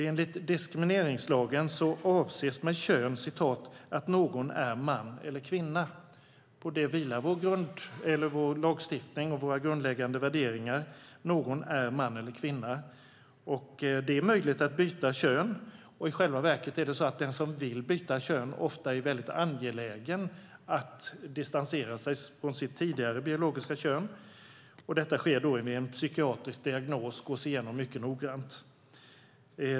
Enligt diskrimineringslagen avses med kön att "någon är man eller kvinna". Vår lagstiftning och våra grundläggande värderingar vilar på att någon är man eller kvinna. Det är möjligt att byta kön. I själva verket är det så att den som vill byta kön ofta är väldigt angelägen om att distansera sig från sitt tidigare, biologiska kön. Detta sker med en psykiatrisk diagnos och gås igenom mycket noggrant.